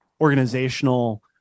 Organizational